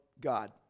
God